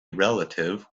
relative